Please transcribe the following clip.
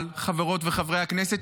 חברות וחברי הכנסת,